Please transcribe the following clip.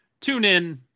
TuneIn